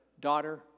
Daughter